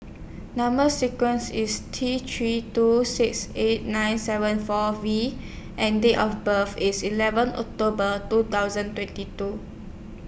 Number sequence IS T three two six eight nine seven four V and Date of birth IS eleven October two thousand twenty two